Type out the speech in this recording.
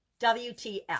WTF